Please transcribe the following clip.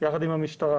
יחד עם המשטרה.